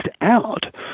out